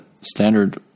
standard